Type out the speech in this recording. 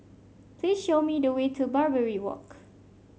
please show me the way to Barbary Walk